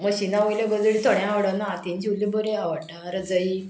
मशीनां वयल्या गजाली थोड्या आवडना हातीन शिवल्ली बरी आवडटा रजई